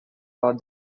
for